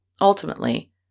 Ultimately